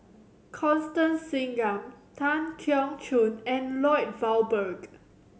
Constance Singam Tan Keong Choon and Lloyd Valberg